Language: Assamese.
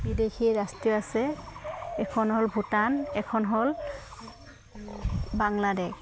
বিদেশী ৰাষ্ট্ৰ আছে এখন হ'ল ভূটান এখন হ'ল বাংলাদেশ